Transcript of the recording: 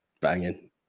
banging